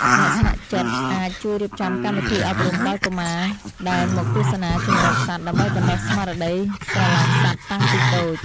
អ្នកស្ម័គ្រចិត្តអាចជួយរៀបចំកម្មវិធីអប់រំដល់កុមារដែលមកទស្សនាជម្រកសត្វ ដើម្បីបណ្ដុះស្មារតីស្រឡាញ់សត្វតាំងពីតូច។